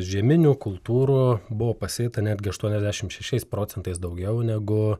žieminių kultūrų buvo pasėta netgi aštuoniasdešimt šešiais procentais daugiau negu